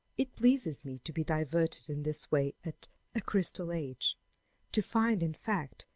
it pleases me to be diverted in this way at a crystal age to find, in fact,